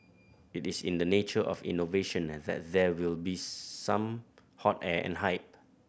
it is in the nature of innovation and that there will be some hot air and hype